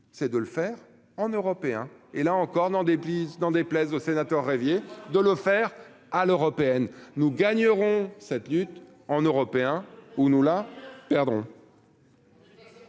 c'est de le faire en européen et, là encore dans des polices dans déplaise aux sénateurs rêviez de le faire à l'européenne, nous gagnerons cette lutte en européen où nous la perdrons.